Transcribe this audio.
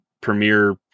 premiere